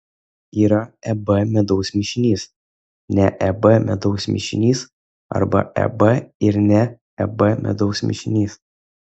yra eb medaus mišinys ne eb medaus mišinys arba eb ir ne eb medaus mišinys